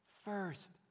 first